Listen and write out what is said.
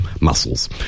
muscles